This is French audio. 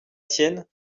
tienne